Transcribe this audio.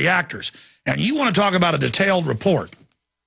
reactors and you want to talk about a detailed report